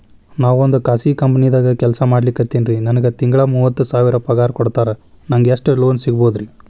ನಾವೊಂದು ಖಾಸಗಿ ಕಂಪನಿದಾಗ ಕೆಲ್ಸ ಮಾಡ್ಲಿಕತ್ತಿನ್ರಿ, ನನಗೆ ತಿಂಗಳ ಮೂವತ್ತು ಸಾವಿರ ಪಗಾರ್ ಕೊಡ್ತಾರ, ನಂಗ್ ಎಷ್ಟು ಲೋನ್ ಸಿಗಬೋದ ರಿ?